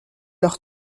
leur